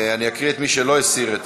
אני אקריא את שמו של מי שלא הסיר את